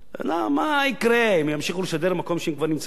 מה יקרה אם ימשיכו לשדר מהמקום שהם כבר נמצאים בו?